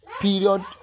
period